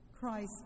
Christ